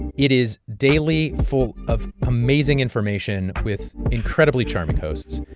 and it is daily, full of amazing information with incredibly charming hosts.